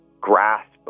grasp